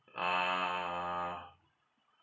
uh